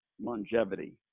longevity